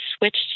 switched